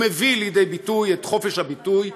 הוא מביא לידי ביטוי את חופש הביטוי,